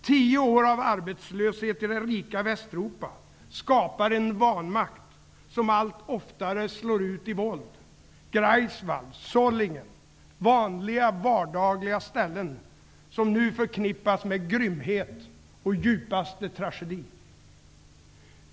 Tio år av arbetslöshet i det rika Västeuropa skapar en vanmakt som allt oftare slår ut i våld. Greifswald, Solingen är exempel på vanliga, vardagliga ställen som nu förknippas med grymhet och djupaste tragedi.